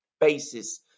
basis